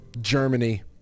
Germany